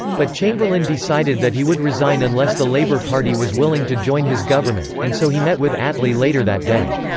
but chamberlain decided that he would resign unless the labour party was willing to join his government, and so he met with attlee later that day.